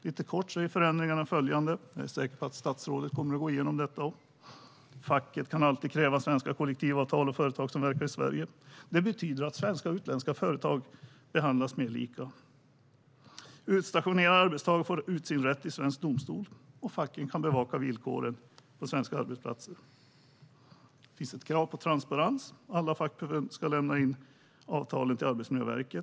Förändringarna är enligt följande, och jag är säker på att även statsrådet kommer att gå igenom dem. Facket kan alltid kräva svenska kollektivavtal av företag som verkar i Sverige. Det betyder att svenska och utländska företag behandlas mer lika. Utstationerade arbetstagare får ut sin rätt i svensk domstol, och facken kan bevaka villkoren på svenska arbetsplatser. Det finns ett krav på transparens. Alla fackförbund ska lämna in avtal till Arbetsmiljöverket.